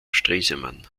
stresemann